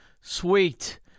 Sweet